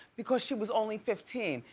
because she was only fifteen.